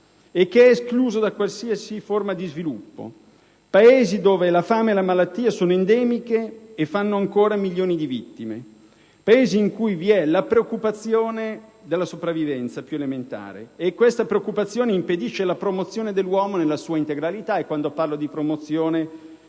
e che è esclusa da qualsiasi forma di sviluppo. Paesi in cui la fame e la malattia sono endemiche e fanno ancora milioni di vittime. Paesi in cui vi è la preoccupazione della sopravvivenza più elementare che impedisce la promozione dell'uomo nella sua integralità. E quando parlo di promozione